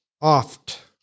oft